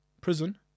prison